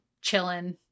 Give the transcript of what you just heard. chilling